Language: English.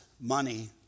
money